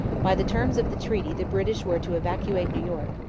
by the terms of the treaty the british were to evacuate new york,